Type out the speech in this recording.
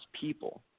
people